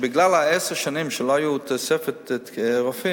שבגלל עשר השנים שלא היתה תוספת רופאים,